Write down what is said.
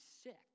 sick